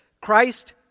Christ